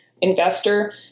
investor